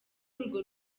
urwo